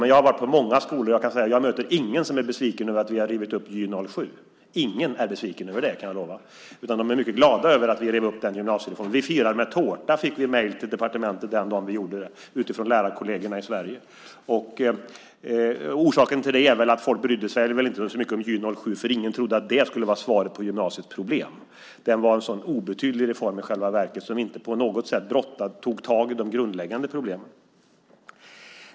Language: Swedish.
Men jag har varit på många skolor, och jag har inte mött någon som har varit besviken över att vi har rivit upp GY-07. Ingen är besviken över det, kan jag lova. De är mycket glada över att vi har rivit upp den gymnasiereformen. "Vi firar med tårta", stod det i mejl från lärarkollegierna till departementet den dagen vi gjorde detta. Orsaken till det är väl att folk inte brydde sig så mycket om GY-07 eftersom ingen trodde att den skulle vara svaret på problemen i gymnasiet. I själva verket var det en obetydlig reform som inte på något sätt tog tag i de grundläggande problemen.